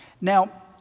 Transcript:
Now